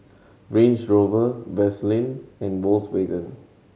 Range Rover Vaseline and Volkswagen